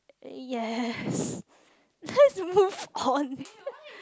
yes let's move on